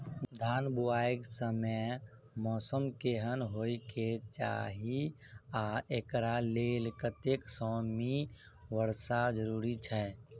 धान बुआई समय मौसम केहन होइ केँ चाहि आ एकरा लेल कतेक सँ मी वर्षा जरूरी छै?